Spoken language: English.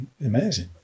Amazing